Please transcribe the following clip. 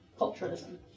culturalism